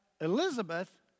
Elizabeth